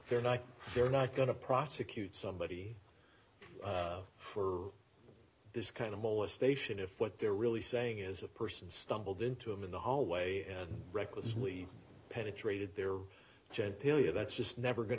they're not they're not going to prosecute somebody for this kind of molestation if what they're really saying is a person stumbled into him in the hallway and recklessly penetrated their gente period that's just never going